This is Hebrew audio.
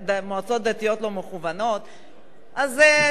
אז קודם כול, תשקיע בזה את מרצך,